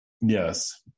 Yes